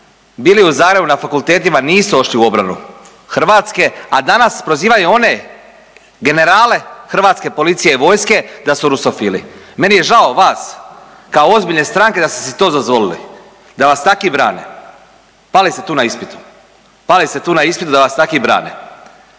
bili u Zagrebu na fakultetima, nisu o'šli u obranu Hrvatske, a danas prozivaju one generale hrvatske policije i vojske da su rusofili. Meni je žao vas, kao ozbiljne stranke da ste si to dozvolili da vas takvi brane. Pali ste tu na ispitu. Pali ste tu na ispitu da vas takvi brane.